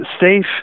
safe